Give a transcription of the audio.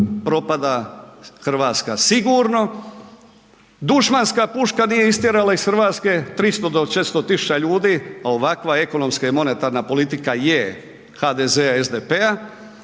propada Hrvatska sigurno, dušmanska puška nije istjerala iz Hrvatske 300 do 400.000 ljudi, a ovakva ekonomska i monetarna politika je, HDZ-a i SDP-a.